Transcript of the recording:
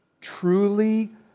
truly